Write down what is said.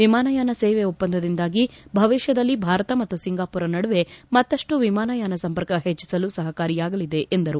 ವಿಮಾನಯಾನ ಸೇವೆ ಒಪ್ಪಂದದಿಂದಾಗಿ ಭವಿಷ್ಣದಲ್ಲಿ ಭಾರತ ಮತ್ತು ಸಿಂಗಾಪುರ ನಡುವೆ ಮತ್ತಷ್ಟು ವಿಮಾನಯಾನ ಸಂಪರ್ಕ ಹೆಚ್ಚಿಸಲು ಸಹಕಾರಿಯಾಗಲಿದೆ ಎಂದರು